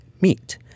meet